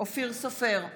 אופיר סופר,